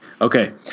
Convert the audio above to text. okay